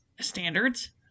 standards